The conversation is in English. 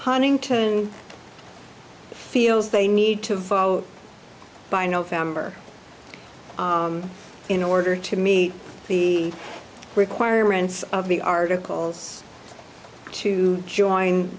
huntington feels they need to vote by november in order to meet the requirements of the articles to join